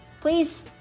please